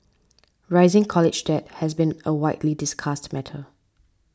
rising college debt has been a widely discussed matter